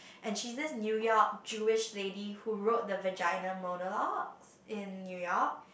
and she's this New York Jewish lady who wrote the Vagina Monologues in New York